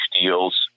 deals